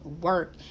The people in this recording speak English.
work